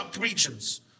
regions